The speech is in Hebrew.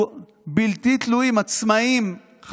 עצמאיים --- אבל הם כן תלויים.